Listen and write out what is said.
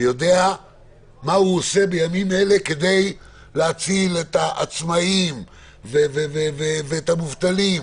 ויודע מה הוא עושה בימים אלה כדי להציל את העצמאיים ואת המובטלים,